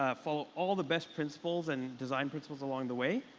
ah follow all the best principles and design principles along the way,